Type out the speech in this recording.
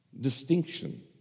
distinction